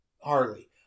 Harley